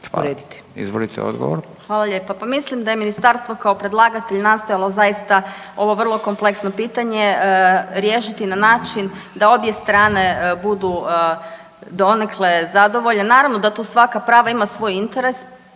Marija (HDZ)** Hvala lijepa. Pa mislim da je ministarstvo kao predlagatelj nastojalo zaista ovo vrlo kompleksno pitanje riješiti na način da obje strane budu donekle zadovoljne. Naravno da tu svaka prava ima svoj interes,